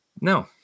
No